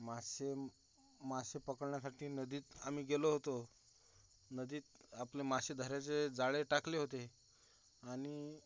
मासे मासे पकडण्यासाठी नदीत आम्ही गेलो होतो नदीत आपले मासे धरायचे जाळे टाकले होते आणि